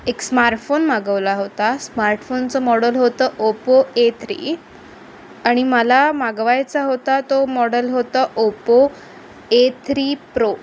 एक स्मार्टफोन मागवला होता स्मार्टफोनचं मॉडल होतं ओप्पो ए थ्री आणि मला मागवायचा होता तो मॉडल होतं ओप्पो ए थ्री प्रो